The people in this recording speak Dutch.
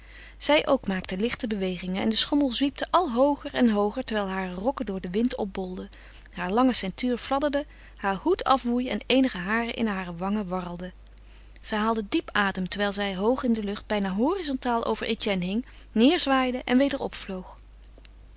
zij ook maakte lichte bewegingen en de schommel zwiepte al hooger en hooger terwijl haar rokken door den wind opbolden haar lange ceintuur fladderde haar hoed afwoei en eenige haren in hare wangen warrelden zij haalde diep adem terwijl zij hoog in de lucht bijna horizontaal over etienne hing neêrzwaaide en weder opvloog